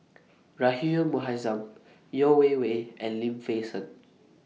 Rahayu Mahzam Yeo Wei Wei and Lim Fei Shen